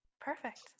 perfect